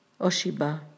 Oshiba